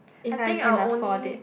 if I can afford it